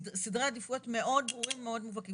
סדרי העדיפויות מאוד ברורים, מאוד מובהקים.